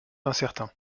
incertain